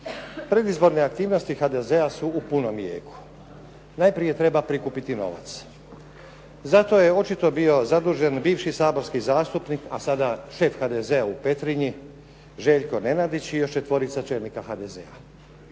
predizborne aktivnosti HDZ-a su u punom jeku. Najprije treba prikupiti novac. Za to je očito bio zadužen bivši saborski zastupnik a sada šef HDZ-a u Petrinji Željko Nenadić i još četvorica čelnika HDZ-a.